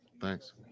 Thanks